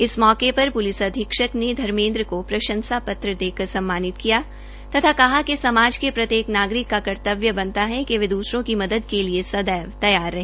इस मौके पर प्लिस अधीक्षक ने धर्मेंद्र को प्रशंसा पत्र देकर सम्मानित किया तथा कहा कि समाज के प्रत्येक नागरिक क कर्तव्य बनता है कि वह द्रसरों की मदद के लिए सदैव तैयार रहे